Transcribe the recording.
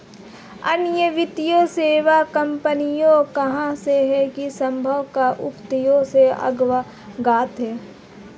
अन्य वित्तीय सेवा कंपनियों का कहना है कि वे संभावित आपत्तियों से अवगत हैं